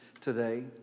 today